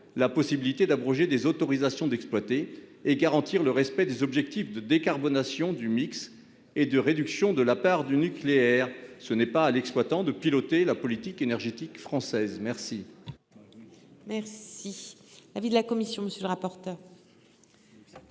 la possibilité d'abroger des autorisations d'exploiter et garantir le respect des objectifs de décarbonation du mix et de réduction de la part du nucléaire. Ce n'est pas à l'exploitant de piloter la politique énergétique française ... Quel est l'avis de la commission ? Madame la ministre,